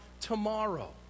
tomorrow